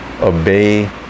obey